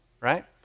right